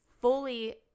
fully